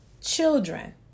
Children